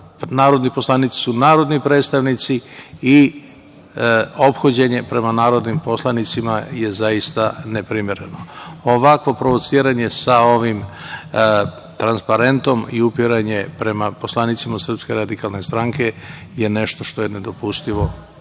Narodni poslanici su narodni predstavnici i ophođenje prema narodnim poslanicima je zaista neprimereno. Ovakvo provociranje sa ovim transparentom i upiranje prema poslanicima SRS je nešto što je nedopustivo